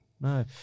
No